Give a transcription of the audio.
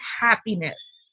happiness